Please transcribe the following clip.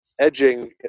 edging